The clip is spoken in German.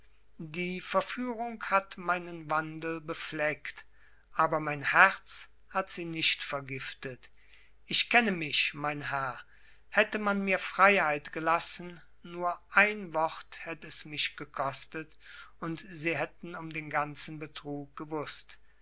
die verführung hat meinen wandel befleckt aber mein herz hat sie nicht vergiftet ich kenne mich mein herr hätte man mir freiheit gelassen nur ein wort hätt es mich gekostet und sie hätten um den ganzen betrug gewußt